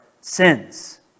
sins